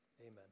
amen